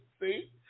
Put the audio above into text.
See